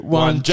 one